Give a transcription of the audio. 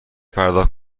پرداخت